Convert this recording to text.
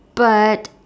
but